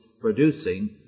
producing